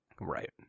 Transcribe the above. Right